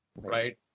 right